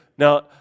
Now